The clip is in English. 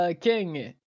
King